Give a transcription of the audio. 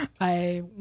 I-